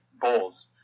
bowls